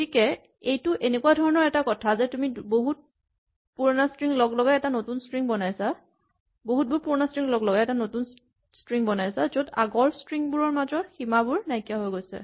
গতিকে এইটো এনেকুৱা ধৰণৰ এটা কথা যে তুমি বহুত পুৰণা ষ্ট্ৰিং লগলগাই এটা নতুন ষ্ট্ৰিং বনাইছা য'ত আগৰ ষ্ট্ৰিং বোৰৰ মাজত সীমাবোৰ নাইকিয়া হৈ গৈছে